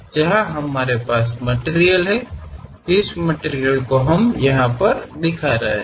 ಆದರೆ ಇದು ನಾವು ವಸ್ತುಗಳನ್ನು ಹೊಂದಿರುವ ಭಾಗವಾಗಿದೆ ಈ ವಸ್ತುವನ್ನು ನಾವು ಪ್ರತಿನಿಧಿಸುತ್ತಿದ್ದೇವೆ